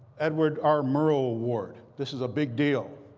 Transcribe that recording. edward r. murrow award. this is a big deal.